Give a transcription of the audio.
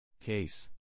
Case